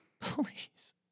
Please